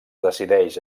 decideix